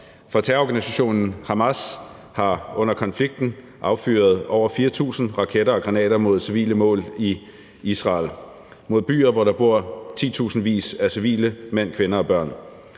terrororganisationen Hamas har under konflikten affyret over 4.000 raketter og granater mod civile mål i Israel – mod byer, hvor der bor titusindvis af civile mænd, kvinder og børn.